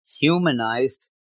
humanized